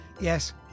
Yes